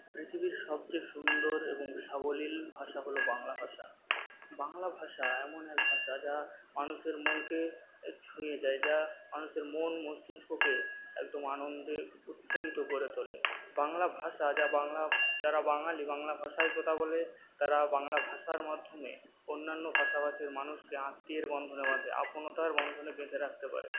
পৃথিবীর সবচেয়ে সুন্দর এবং সাবলীল ভাষা হল বাংলা ভাষা বাংলা ভাষা এমন এক ভাষা যা মানুষের মনকে ছুঁয়ে যায় যা মানুষের মন মস্তিষ্ককে একদম আনন্দে উৎফুল্লিত করে তোলে বাংলা ভাষা যা বাংলা যারা বাঙালি বাংলা ভাষায় কথা বলে তারা বাংলা ভাষার মাধ্যমে অন্যান্য ভাষাভাষীর মানুষকে আত্মীয়তার বন্ধনে আপনার বন্ধনে বেঁধে রাখতে পারে